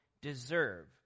deserve